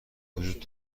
وجود